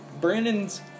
Brandon's